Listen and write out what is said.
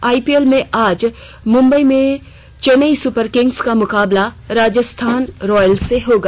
आज मुंबई में Chennai Super Kings का मुकाबला राजस्थान रॉयल्स से होगा